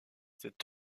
cette